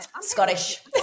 Scottish